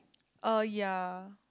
uh ya